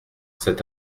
cet